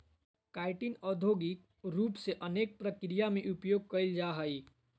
chitin औद्योगिक रूप से अनेक प्रक्रिया में उपयोग कइल जाय हइ